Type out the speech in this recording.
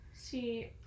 See